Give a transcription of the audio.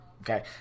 okay